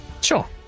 sure